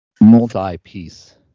multi-piece